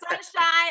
sunshine